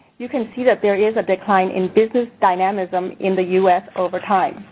you can see that there is a decline in business dynamism in the us over time.